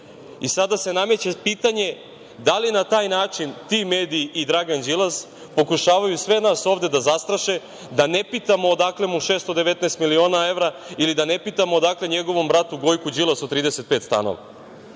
Sada se nameće pitanje – da li na taj način ti mediji i Dragan Đilas pokušavaju sve nas ovde da zastraše da ne pitamo odakle mu 619 miliona evra ili da ne pitamo odakle njegovom bratu Gojku Đilasu 35